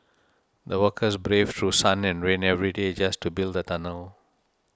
the workers braved through sun and rain every day just to build the tunnel